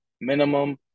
minimum